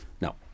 no